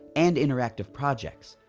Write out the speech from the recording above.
and interactive projects.